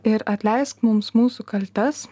ir atleisk mums mūsų kaltes